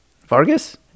Vargas